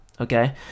okay